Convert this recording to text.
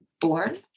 born